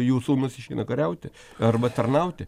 jų sūnūs išeina kariauti arba tarnauti